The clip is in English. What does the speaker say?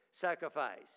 sacrifice